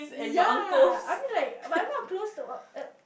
ya I mean like but I'm not close to ugh ugh